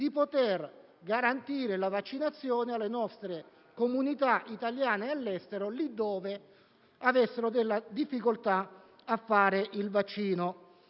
garantire la vaccinazione alle nostre comunità italiane all'estero, lì dove avessero difficoltà a fare ciò.